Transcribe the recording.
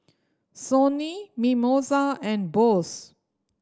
Sony Mimosa and Bose